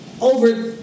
over